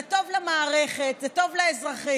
זה טוב למערכת, זה טוב לאזרחים.